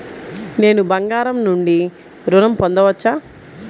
నేను బంగారం నుండి ఋణం పొందవచ్చా?